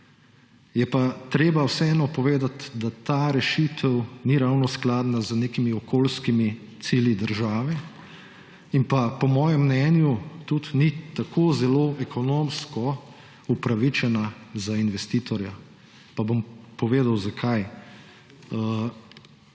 Je pa treba vseeno povedati, da ta rešitev ni ravno skladna z nekimi okoljskimi cilji države in, po mojem mnenju, tudi ni tako zelo ekonomsko upravičena za investitorja. Pa bom povedal, zakaj.